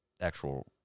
actual